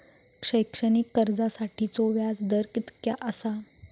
शैक्षणिक कर्जासाठीचो व्याज दर कितक्या आसा?